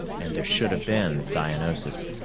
and there should have been cyanosis.